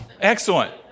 Excellent